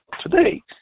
today